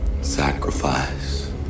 Sacrifice